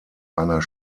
einer